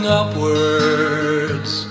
upwards